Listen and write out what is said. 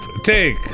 Take